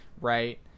right